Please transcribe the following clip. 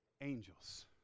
angels